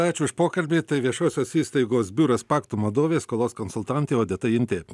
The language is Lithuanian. ačiū už pokalbį tai viešosios įstaigos biuras pactum vadovė skolos konsultantė odeta intė